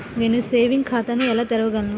నేను సేవింగ్స్ ఖాతాను ఎలా తెరవగలను?